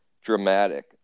dramatic